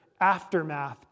aftermath